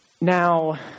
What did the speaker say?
Now